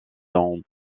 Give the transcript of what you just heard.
dont